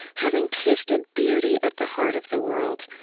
having tasted beauty at the heart of the world,